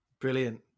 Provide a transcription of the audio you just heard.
brilliant